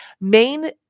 main